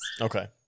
Okay